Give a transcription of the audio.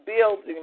building